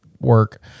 work